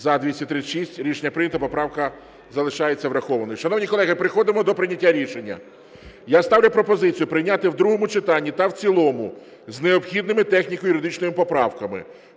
За-236 Рішення прийнято. Поправка залишається врахованою. Шановні колеги, переходимо до прийняття рішення. Я ставлю пропозицію прийняти в другому читанні та в цілому з необхідними техніко-юридичними поправками